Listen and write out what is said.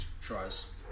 tries